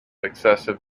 excessive